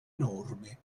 norme